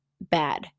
bad